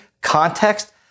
context